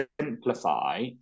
simplify